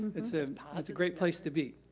it's ah ah it's a great place to be.